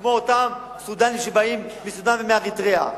כמו אותם סודנים שבאים מסודן ומאריתריאה.